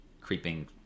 creeping